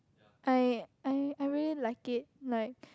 I I I really like it like